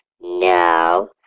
no